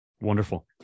Wonderful